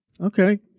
Okay